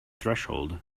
threshold